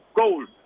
gold